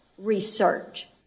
research